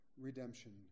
redemption